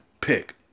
pick